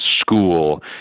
school